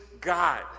God